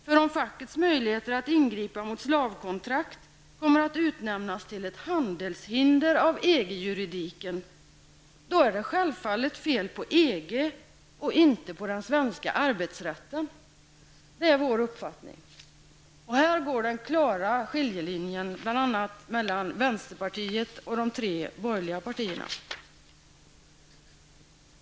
För om fackets möjligheter att ingripa mot slavkontrakt kommer att utnämnas till ett handelshinder av EG juridiken, då är det självfallet fel på EG och inte på den svenska arbetsrätten. Det är vår uppfattning. Här går en klar skiljelinje mellan bl.a.